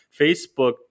Facebook